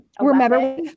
remember